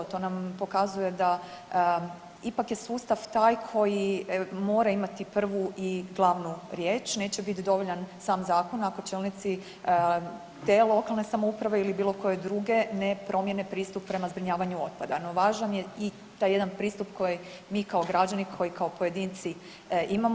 To nam pokazuje da je ipak sustav taj koji mora imati prvu i glavnu riječ, neće biti dovoljan sam zakon ako čelnici te lokalne samouprave ili bilo koje druge ne promijene pristup prema zbrinjavanju otpada, no važan je i taj jedan pristup koji mi kao građani, koji kao pojedinci imamo.